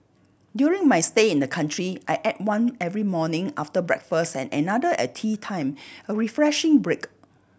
during my stay in the country I ate one every morning after breakfast and another at teatime a refreshing break